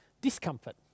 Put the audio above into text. discomfort